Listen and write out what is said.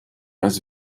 als